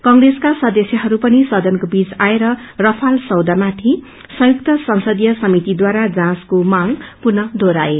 कांग्रेस का सदस्यहरू पनि सदनको बीच आएर गुल सौदामाथि संयुक्त संसदीय समितिद्वारा जाँचको मांग पुनः दोहोर्याए